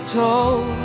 told